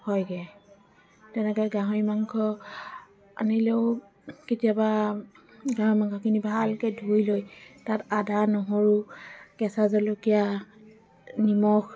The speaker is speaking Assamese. হয়গৈ তেনেকৈ গাহৰি মাংস আনিলেও কেতিয়াবা গাহৰি মাংসখিনি ভালকৈ ধুই লৈ তাত আদা নহৰু কেঁচা জলকীয়া নিমখ